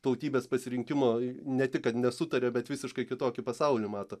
tautybės pasirinkimo ne tik kad nesutaria bet visiškai kitokį pasaulį mato